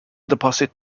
deposit